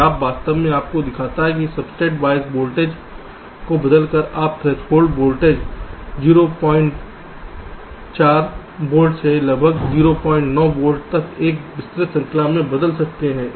अब यह ग्राफ वास्तव में आपको दिखाता है कि सब्सट्रेट बायस वोल्टेज को बदलकर आप थ्रेशोल्ड वोल्टेज 04 वोल्ट से लगभग 09 वोल्ट तक एक विस्तृत श्रृंखला में बदल सकते हैं